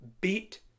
beat